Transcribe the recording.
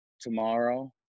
tomorrow